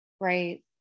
Right